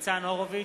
ניצן הורוביץ,